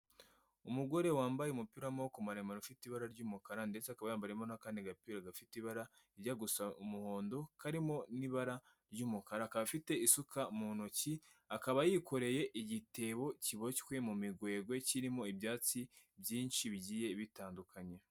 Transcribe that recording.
Umugore wambaye umupira w'amaboko maremare ufite ibara ry'umukara ndetse akaba yambariyemo n'akandi gapira gafite ibara rijya gusa umuhondo karimo n'ibara ry'umukara, akaba afite isuka mu ntoki, akaba yikoreye igitebo kiboshywe mu migwegwe kirimo ibyatsi byinshi bigiye bitandukanye.